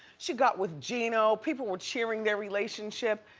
she got with geno. people were cheering their relationship.